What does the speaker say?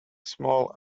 small